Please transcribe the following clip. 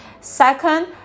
Second